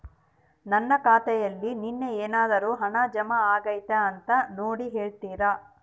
ನನ್ನ ಖಾತೆಯಲ್ಲಿ ನಿನ್ನೆ ಏನಾದರೂ ಹಣ ಜಮಾ ಆಗೈತಾ ಅಂತ ನೋಡಿ ಹೇಳ್ತೇರಾ?